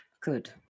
good